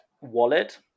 wallet